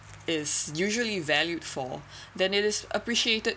is usually valued for then it is appreciated